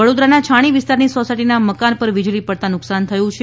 વડોદરાના છાણી વિસ્તારની સોસાયટીના મકાન પર વીજળી પડતાં નુકસાન થયું હતું